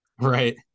Right